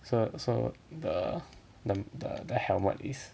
so so the the the the helmet is